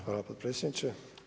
Hvala potpredsjedniče.